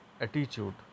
attitude